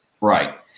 Right